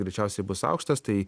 greičiausiai bus aukštas tai